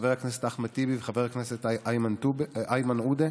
חבר הכנסת אחמד טיבי וחבר הכנסת איימן עודה,